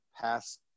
pass